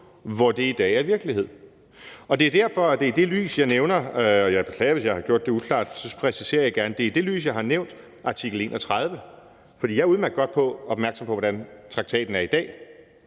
hvor det i dag er virkelighed. Og det er derfor og i det lys, at jeg har nævnt – og jeg beklager, hvis jeg har gjort det uklart, og så præciserer jeg det gerne – artikel 31. For jeg er udmærket godt opmærksom på, hvordan traktaten er i dag.